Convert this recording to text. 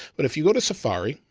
but if you go to safari,